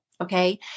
Okay